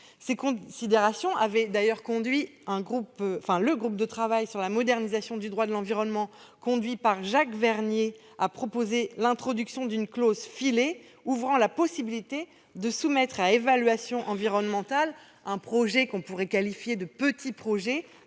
Ces considérations avaient conduit d'ailleurs le groupe de travail sur la modernisation du droit de l'environnement, dirigé par Jacques Vernier, à proposer l'introduction d'une « clause-filet » ouvrant la possibilité de soumettre à évaluation environnementale un projet que l'on pourrait qualifier de « petit »,